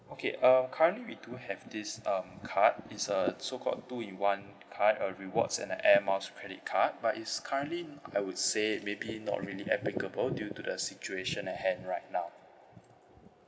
okay uh currently we do have this um card is uh it's so called two in one card a rewards and a air miles credit card but is currently n~ I would say maybe not really applicable due to the situation at hand right now